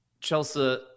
Chelsea